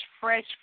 fresh